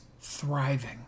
thriving